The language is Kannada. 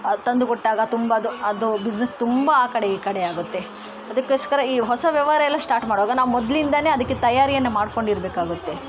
ತಂದು ಕೊಟ್ಟಾಗ ತುಂಬ ಅದು ಅದು ಬಿಸ್ನೆಸ್ ತುಂಬ ಆ ಕಡೆ ಈ ಕಡೆ ಆಗುತ್ತೆ ಅದಕ್ಕೋಸ್ಕರ ಈ ಹೊಸ ವ್ಯವಹಾರಯೆಲ್ಲಾ ಸ್ಟಾರ್ಟ್ ಮಾಡುವಾಗ ನಾವು ಮೊದಲಿಂದನೇ ಅದಕ್ಕೆ ತಯಾರಿಯನ್ನು ಮಾಡಿಕೊಂಡಿರ್ಬೇಕಾಗುತ್ತೆ